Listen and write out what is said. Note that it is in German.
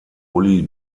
uli